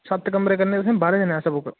सत्त कमरे करने तुसें बाह्रें दिनें आस्तै बुक